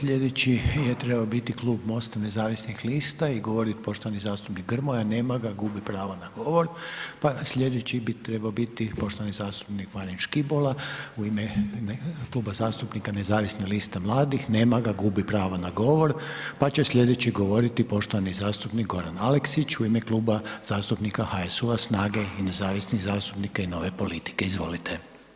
Slijedeći je trebao bit Klub MOST-a nezavisnih lista i govorit poštovani zastupnik Grmoja, nema ga, gubi pravo na govor, pa slijedeći bi trebao biti poštovani zastupnik Marin Škibola u ime Kluba zastupnika nezavisne liste mladih, nema ga, gubi pravo na govor, pa će slijedeći govoriti poštovani zastupnik Goran Aleksić u ime Kluba zastupnika HSU-a, SNAGA-e i nezavisnih zastupnika i Nove politike, izvolite.